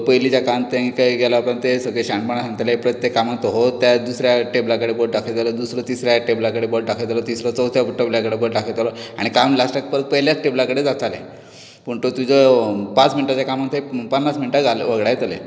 पयलीच्या काळांत तें खंय गेल्या उपरांत तेच सगळें शाणपणां सांगताले प्रत्येक कामाक तो हो त्या दुसऱ्या टेबला कडेन बोट दाखयतालो दुसरो तिसऱ्या टेबला कडेन बोट दाखयतालो तिसरो चवथ्या टेबला कडेन बोट दाखयतलो आनी काम लास्टाक परत पयल्यात टेबला कडेन जातालें पूण तो तुजो पांच मिनटाच्या कामाक ते पन्नास मिनटां घाल वगडायताले